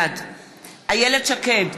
בעד איילת שקד,